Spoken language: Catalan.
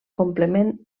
complement